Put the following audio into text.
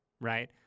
right